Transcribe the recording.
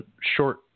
Short